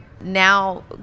now